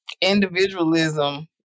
Individualism